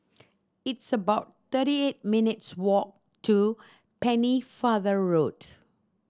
it's about thirty eight minutes' walk to Pennefather Road